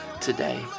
today